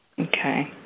Okay